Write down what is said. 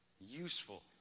useful